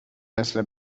مثل